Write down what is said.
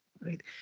right